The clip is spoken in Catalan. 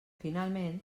finalment